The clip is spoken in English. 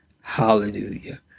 Hallelujah